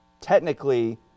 technically